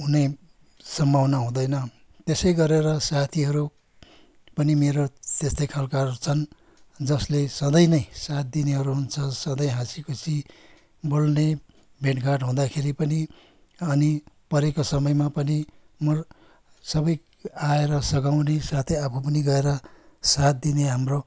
हुने सम्भावना हुँदैन त्यसै गरेर साथीहरू पनि मेरो त्यस्तै खालकाहरू छन् जसले सधैँ नै साथ दिनेहरू हुन्छ सधैँ हासी खुसी बोल्ने भेटघाट हुँदाखेरी पनि अनि परेको समयमा पनि सबै आएर सघाउने साथै आफू पनि गएर साथ दिने हाम्रो